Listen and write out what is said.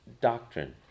doctrine